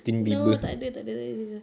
no takde takde takde